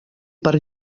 per